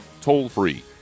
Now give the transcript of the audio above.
toll-free